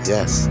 Yes